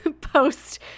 Post